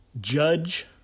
judge